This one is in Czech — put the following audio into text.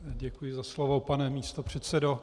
Děkuji za slovo, pane místopředsedo.